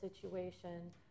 situation